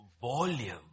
volume